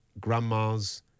grandmas